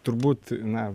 turbūt na